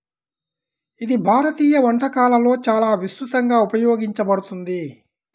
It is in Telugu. ఇది భారతీయ వంటకాలలో చాలా విస్తృతంగా ఉపయోగించబడుతుంది